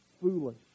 foolish